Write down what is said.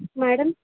madam